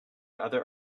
other